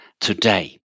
today